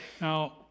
Now